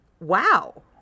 wow